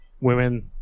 women